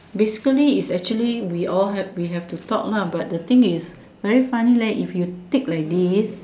basically is actually we all have we have to talk lah but thing is very funny leh if you tick like this